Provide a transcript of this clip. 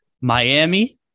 Miami